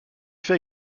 fait